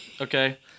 Okay